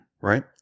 right